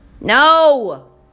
No